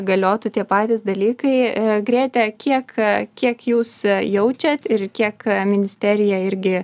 galiotų tie patys dalykai grėte kiek kiek jūs jaučiat ir kiek ministerija irgi